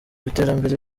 iterambere